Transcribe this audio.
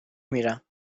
میرم